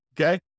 Okay